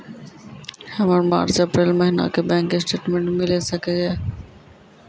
हमर March April महीना के बैंक स्टेटमेंट मिले सकय छै?